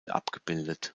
abgebildet